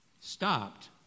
stopped